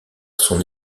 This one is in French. son